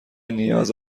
نیاز